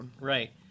right